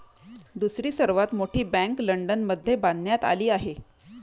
दुसरी सर्वात मोठी बँक लंडनमध्ये बांधण्यात आली आहे